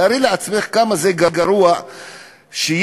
תארי לעצמך כמה זה גרוע שילד